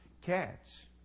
cats